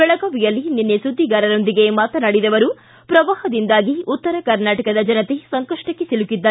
ಬೆಳಗಾವಿಯಲ್ಲಿ ನಿನ್ನೆ ಸುಧಿಗಾರರೊಂದಿಗೆ ಮಾತನಾಡಿದ ಅವರು ಪ್ರವಾಹದಿಂದಾಗಿ ಉತ್ತರ ಕರ್ನಾಟಕದ ಜನತೆ ಸಂಕಷ್ಟಕ್ಕೆ ಸಿಲುಕಿದ್ದಾರೆ